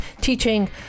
teaching